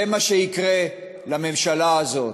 זה מה שיקרה לממשלה הזאת.